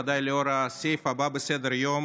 ודאי לאור הסעיף הבא על סדר-היום,